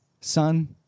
son